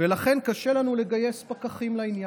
ולכן קשה לנו לגייס פקחים לעניין.